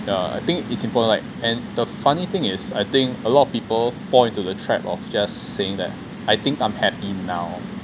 yeah I think it's important like and the funny thing is I think a lot of people fall into the threat of just saying that I think I'm happy now